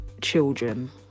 children